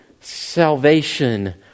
salvation